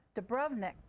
Dubrovnik